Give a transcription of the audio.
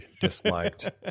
disliked